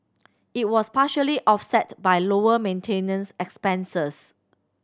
it was partially offset by lower maintenance expenses